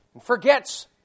Forgets